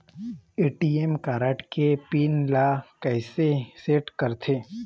ATM card के pin ला कैसे सेट करथे?